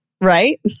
Right